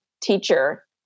teacher